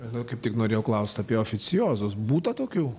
nu kaip tik norėjau klaust apie oficiozus būta tokių